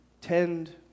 Tend